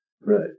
Right